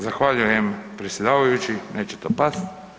Zahvaljujem predsjedavajući, neće to past.